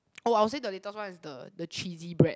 oh I will say the latest one is the the cheesy bread